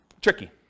tricky